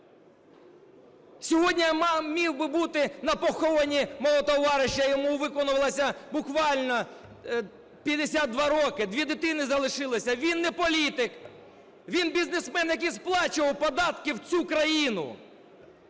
Сьогодні міг би бути на похованні мого товариша, йому виповнилося буквально 52 роки, дві дитини залишилося. Він не політик, він бізнесмен, який сплачував податки в цю країну.